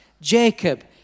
Jacob